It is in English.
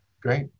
Great